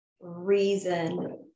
reason